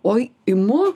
oi imu